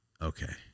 Okay